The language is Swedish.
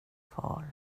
far